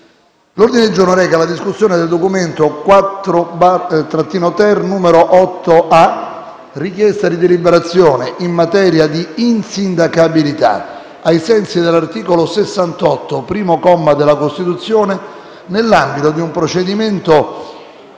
L'ordine del giorno reca la discussione del documento: «Richiesta di deliberazione in materia di insindacabilità ai sensi dell'articolo 68, primo comma, della Costituzione, nell'ambito di un procedimento